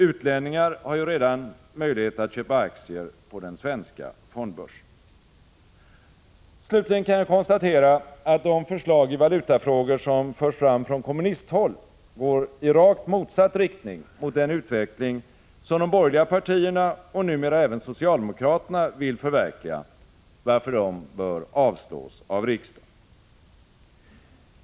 Utlänningar har ju redan möjlighet att köpa aktier på den svenska fondbörsen. Slutligen kan jag konstatera att de förslag i valutafrågor som förs fram från kommunisthåll går i rakt motsatt riktning mot den utveckling som de borgerliga partierna och numera även socialdemokraterna vill förverkliga, varför de bör avslås av riksdagen.